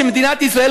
שמדינת ישראל,